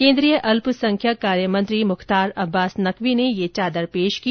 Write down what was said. केन्द्रीय अल्पसंख्यक कार्यमंत्री मुख्तार अब्बास नकवी ने ये चादर पेश की